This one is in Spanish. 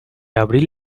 abril